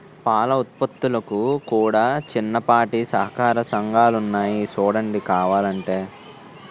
పాల ఉత్పత్తులకు కూడా చిన్నపాటి సహకార సంఘాలున్నాయి సూడండి కావలంటే